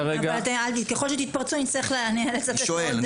ככל תתפרצו, אני אצטרך --- אני שואל.